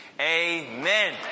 amen